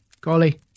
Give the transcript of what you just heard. Golly